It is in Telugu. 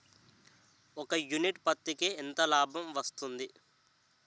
ఒక యూనిట్ పత్తికి ఎంత లాభం వస్తుంది?